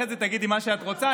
אחר כך תגידי מה שאת רוצה.